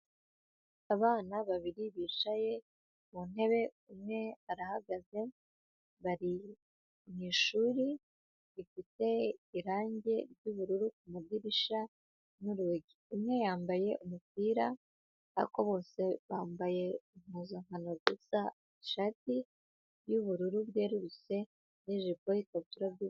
Abana babiri bicaye ku ntebe umwe arahagaze bari mu ishuri rifite irangi ry'ubururu, amadirishya n'urugi. Umwe yambaye umupira ariko bose bambaye impuzankano ishati y'ubururu bwerurutse n'ijipo n'ikabutura.